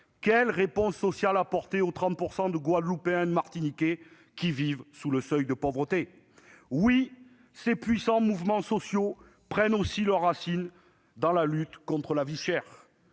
quelles réponses sociales apporter aux 30 % de Guadeloupéens et de Martiniquais qui vivent sous le seuil de pauvreté ? Oui, ces puissants mouvements sociaux prennent aussi leurs racines dans la lutte contre la vie chère.